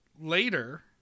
later